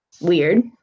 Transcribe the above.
weird